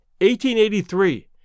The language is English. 1883